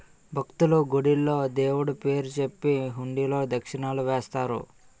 భక్తులు, గుడిలో దేవుడు పేరు చెప్పి హుండీలో దక్షిణలు వేస్తారు